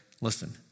listen